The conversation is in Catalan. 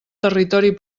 territori